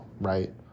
right